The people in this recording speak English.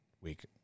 week